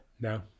No